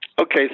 Okay